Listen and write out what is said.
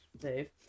Dave